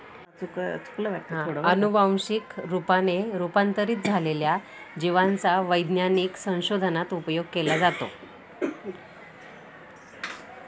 अनुवंशिक रूपाने रूपांतरित झालेल्या जिवांचा वैज्ञानिक संशोधनात उपयोग केला जातो